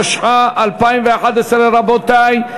התשע"א 2011. רבותי,